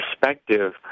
perspective